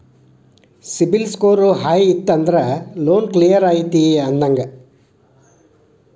CIBIL score high ಇತ್ತಂದ್ರ loan clear ಐತಿ ಅಂದಂಗ